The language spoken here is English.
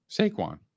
Saquon